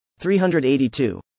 382